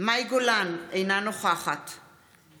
מאי גולן, אינה נוכחת